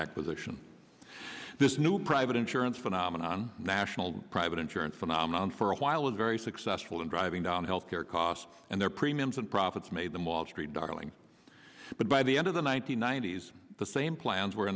acquisition this new private insurance phenomenon national private insurance phenomenon for a while was very successful in driving down health care costs and their premiums and profits made them all street darling but by the end of the one nine hundred ninety s the same plans were